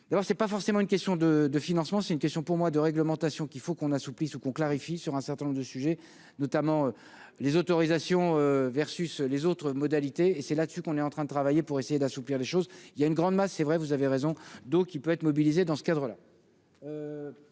d'abord c'est pas forcément une question de de financement c'est une question pour moi de réglementation qu'il faut qu'on assouplisse ou qu'on clarifie sur un certain nombre de sujets, notamment les autorisations versus les autres modalités et c'est là-dessus qu'on est en train de travailler pour essayer d'assouplir les choses, il y a une grande masse, c'est vrai, vous avez raison d'eau qui peuvent être mobilisés dans ce cadre-là.